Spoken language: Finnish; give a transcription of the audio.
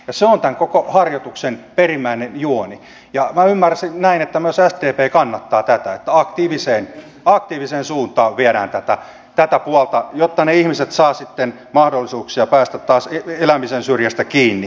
se on tämän koko harjoituksen perimmäinen juoni ja ymmärsin että myös sdp kannattaa tätä että aktiiviseen suuntaan viedään tätä puolta jotta ne ihmiset saavat sitten mahdollisuuksia päästä taas elämisen syrjästä kiinni